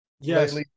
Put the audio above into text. yes